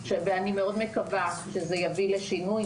ומקווה מאוד שזה יביא לשינוי משמעותי,